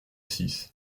six